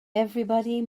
everybody